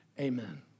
amen